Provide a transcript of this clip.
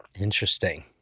interesting